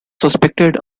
suspected